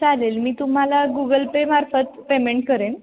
चालेल मी तुम्हाला गुगल पेमार्फत पेमेंट करेन